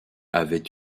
avait